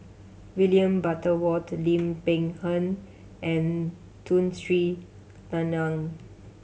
William Butterworth Lim Peng Han and Tun Sri Lanang